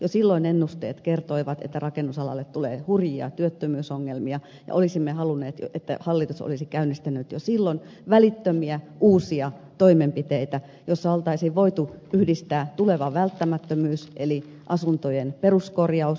jo silloin ennusteet kertoivat että rakennusalalle tulee hurjia työttömyysongelmia ja olisimme halunneet että hallitus olisi käynnistänyt jo silloin välittömiä uusia toimenpiteitä joihin olisi voitu yhdistää tuleva välttämättömyys eli asuntojen peruskorjaus